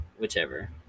whichever